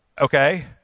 Okay